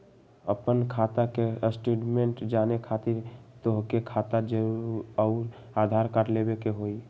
आपन खाता के स्टेटमेंट जाने खातिर तोहके खाता अऊर आधार कार्ड लबे के होइ?